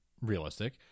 realistic